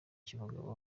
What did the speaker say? cy’umugabo